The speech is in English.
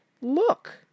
Look